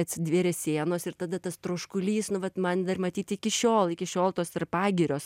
atsidvėrė sienos ir tada tas troškulys nu vat man dar matyt iki šiol iki šiol tos ir pagirios